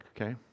okay